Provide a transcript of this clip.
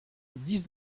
dix